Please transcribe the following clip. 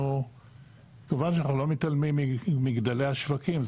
כמובן שאנחנו לא מתעלמים ממגדלי השווקים,